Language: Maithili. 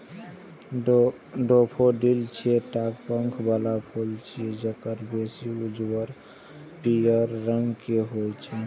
डेफोडील छह टा पंख बला फूल छियै, जे बेसी उज्जर आ पीयर रंग के होइ छै